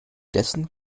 dessen